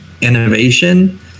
innovation